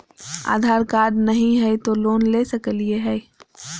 आधार card नही हय, तो लोन ले सकलिये है?